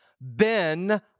ben